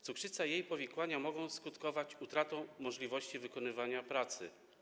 Cukrzyca i jej powikłania mogą skutkować utratą możliwości wykonywania pracy.